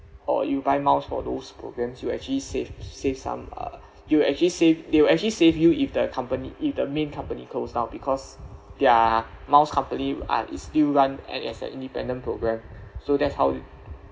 or you buy miles for those programs you will actually save save some uh it will actually save they will actually save you if the accompany if the main company close down because their miles company uh is still run a~ as an independent program so that's how you